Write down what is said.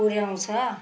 पुऱ्याउँछ